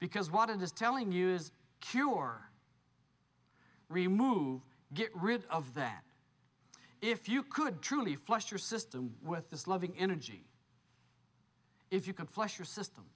because what it is telling you is cure remove get rid of that if you could truly flush your system with this loving energy if you can flush your system